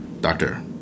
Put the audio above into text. Doctor